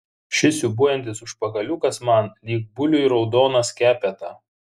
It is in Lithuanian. šis siūbuojantis užpakaliukas man lyg buliui raudona skepeta